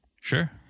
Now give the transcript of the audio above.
Sure